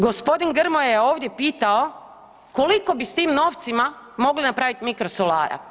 Gospodin Grmoja je ovdje pitao koliko bi s tim novcima mogli napraviti mikrosolara?